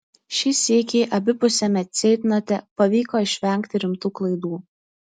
šį sykį abipusiame ceitnote pavyko išvengti rimtų klaidų